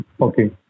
Okay